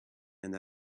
and